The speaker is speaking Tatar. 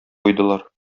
куйдылар